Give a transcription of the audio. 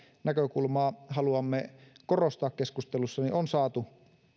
näkökulmaa haluammekaan korostaa keskustelussa on saatu